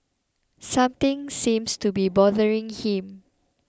something seems to be bothering him